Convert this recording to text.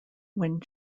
when